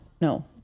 No